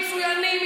מצוינים,